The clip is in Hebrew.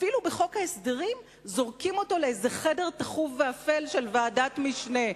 אפילו בחוק ההסדרים זורקים אותו לאיזה חדר טחוב ואפל של ועדת משנה.